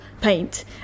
paint